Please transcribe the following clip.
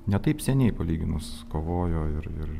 ne taip seniai palyginus kovojo ir ir